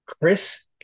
Chris